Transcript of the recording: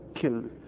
killed